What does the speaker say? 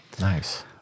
Nice